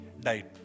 died